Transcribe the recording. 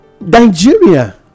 nigeria